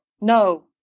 No